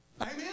Amen